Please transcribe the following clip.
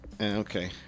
Okay